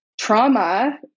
trauma